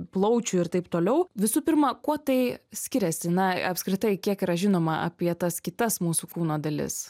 plaučių ir taip toliau visų pirma kuo tai skiriasi na apskritai kiek yra žinoma apie tas kitas mūsų kūno dalis